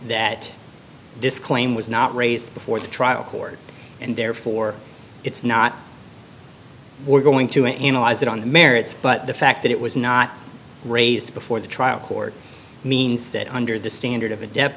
that this claim was not raised before the trial court and therefore it's not we're going to analyze it on the merits but the fact that it was not raised before the trial court means that under the standard of a de